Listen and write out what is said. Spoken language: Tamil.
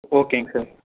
ஓகேங்க சார்